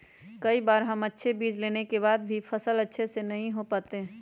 कई बार हम अच्छे बीज लेने के बाद भी फसल अच्छे से नहीं हो पाते हैं?